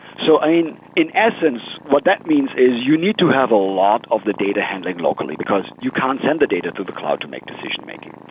so i mean in essence, what that means is you need to have a lot of the data handling locally, because you can't send the data to the cloud to make decision making.